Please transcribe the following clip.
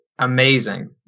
amazing